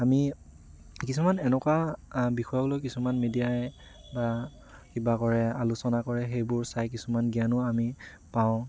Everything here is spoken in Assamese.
আমি কিছুমান এনেকুৱা বিষয়ক লৈ কিছুমান মিডিয়াই বা কিবা কৰে আলোচনা কৰে সেইবোৰ চাই কিছুমান জ্ঞানো আমি পাওঁ